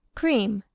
cream,